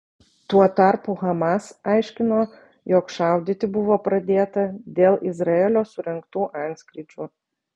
tuo tarpu hamas aiškino jog šaudyti buvo pradėta dėl izraelio surengtų antskrydžių